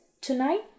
Tonight